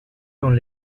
dans